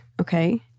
okay